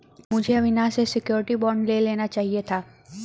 मुझे अविनाश से surety bond ले लेना चाहिए था